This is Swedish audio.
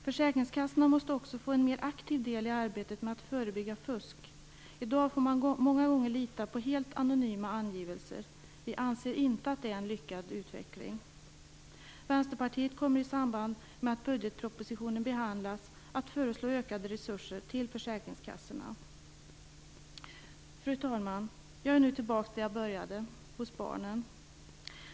Försäkringskassorna måste också få en mer aktiv del i arbetet med att förebygga fusk. I dag får man många gånger lita på helt anonyma angivelser. Vi anser inte att det är en lyckad utveckling. Vänsterpartiet kommer i samband med att budgetpropositionen behandlas att föreslå ökade resurser till försäkringskassorna. Fru talman! Jag är nu tillbaks där jag började, hos barnen.